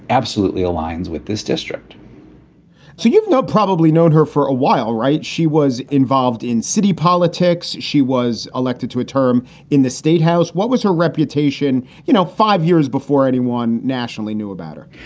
absolutely aligns with this district so you've probably known her for a while, right? she was involved in city politics. she was elected to a term in the state house. what was her reputation, you know, five years before anyone nationally knew about her?